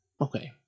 okay